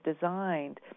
designed